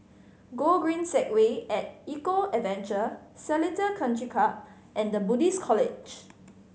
Gogreen Segway At Eco Adventure Seletar Country Club and Buddhist College